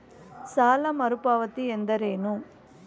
ಸಾಲ ಮರುಪಾವತಿ ಎಂದರೇನು?